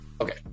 Okay